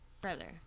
Brother